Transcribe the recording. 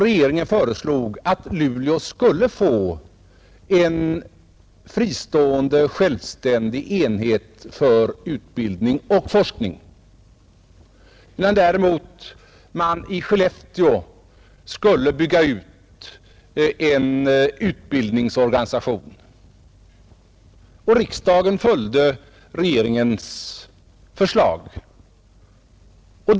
Regeringen föreslog då att Luleå skulle få en fristående, självständig enhet för utbildning och forskning och att man i Skellefteå skulle bygga ut en utbildningsorganisation. Riksdagen följde också detta regeringens förslag.